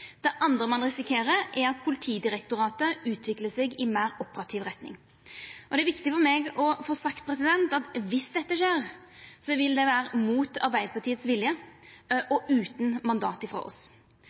Det andre ein risikerer, er at Politidirektoratet utviklar seg i ei meir operativ retning. Det er viktig for meg å få sagt at dersom dette skjer, vil det vera mot Arbeidarpartiets vilje